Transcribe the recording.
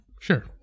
Sure